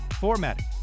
formatting